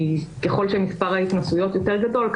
כי ככל שמספר ההתנסויות יותר גדול,